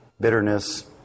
bitterness